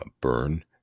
burn